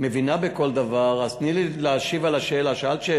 מבינה בכל דבר, אז תני לי להשיב על השאלה.